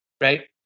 Right